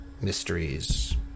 Mysteries